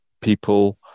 people